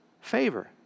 favor